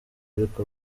ariko